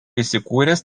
įsikūręs